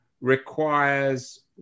requires